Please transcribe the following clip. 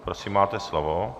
Prosím, máte slovo.